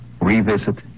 revisit